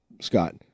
Scott